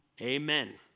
Amen